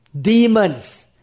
Demons